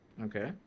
Okay